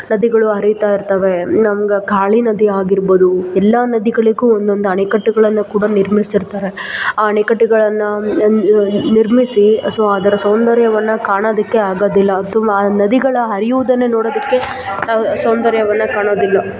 ನದಿಗಳು ಹರಿತಾಯಿರ್ತವೆ ನಮ್ಗೆ ಕಾಳಿ ನದಿ ಆಗಿರ್ಬೋದು ಎಲ್ಲ ನದಿಗಳಿಗೂ ಒಂದೊಂದು ಅಣೆಕಟ್ಟುಗಳನ್ನು ಕೂಡ ನಿರ್ಮಿಸಿರ್ತಾರೆ ಆ ಅಣೆಕಟ್ಟುಗಳನ್ನು ನಿರ್ಮಿಸಿ ಸೊ ಅದರ ಸೌಂದರ್ಯವನ್ನು ಕಾಣೋದಕ್ಕೆ ಆಗೋದಿಲ್ಲ ಅದು ಆ ನದಿಗಳು ಹರಿಯೋದನ್ನೇ ನೋಡೋದಕ್ಕೆ ಸೌಂದರ್ಯವನ್ನು ಕಾಣೋದಿಲ್ಲ